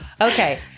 Okay